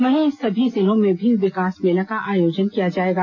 वही सभी जिलों में भी विकास मेला का आयोजन किया जाएगा